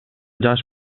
жаш